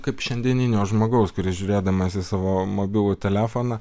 kaip šiandieninio žmogaus kuris žiūrėdamas į savo mobilų telefoną